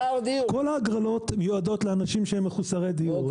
כל ההגרלות מיועדות לאנשים שהם חסרי דיור.